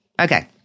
Okay